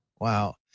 Wow